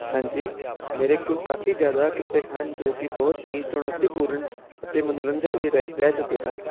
ਹਾਂਜੀ ਮੇਰੇ ਕੋਲ ਕਾਫੀ ਜ਼ਿਆਦਾ ਕਿੱਸੇ ਹਨ ਜੋ ਕਿ ਬਹੁਤ ਹੀ ਚੁਣੌਤੀਪੂਰਨ ਅਤੇ ਮਨੋਰੰਜਕ ਵੀ ਰਹਿ ਰਹਿ ਚੁੱਕੇ ਹਨ